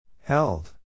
Held